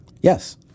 Yes